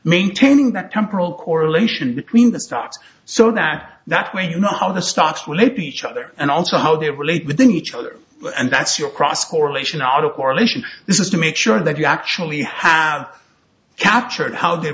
maintaining that temporal correlation between the stocks so that that way you know how the stocks relate beach other and also how they relate within each other and that's your cross correlation autocorrelation this is to make sure that you actually have captured how they